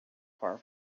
far